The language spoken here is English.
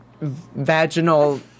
vaginal